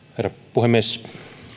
puhemies